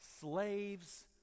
slaves